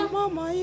Mama